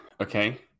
okay